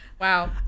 Wow